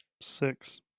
Six